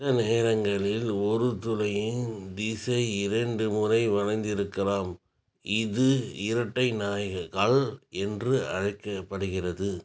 சில நேரங்களில் ஒரு துளையின் திசை இரண்டு முறை வளைந்திருக்கலாம் இது இரட்டை நாய்கள் கால் என்று அழைக்கப்படுகிறது